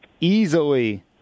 easily